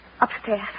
Upstairs